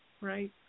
Right